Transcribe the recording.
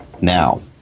now